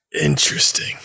Interesting